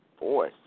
Boy